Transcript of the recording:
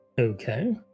Okay